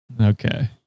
Okay